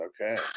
Okay